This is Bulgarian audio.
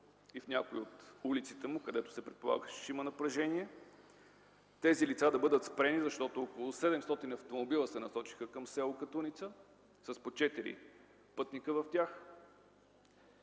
и в някои от улиците му, където се предполагаше, че има напрежение. Тези лица да бъдат спрени, защото около 700 автомобила се насочиха към с. Катуница с по четири пътници в тях,